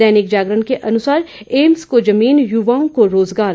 दैनिक जागरण के अनुसार एम्स को जमीन युवाओं को रोजगार